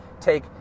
take